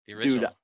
dude